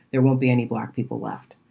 there won't be any black people left.